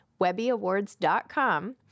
webbyawards.com